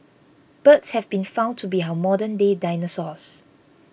birds have been found to be our modernday dinosaurs